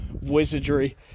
wizardry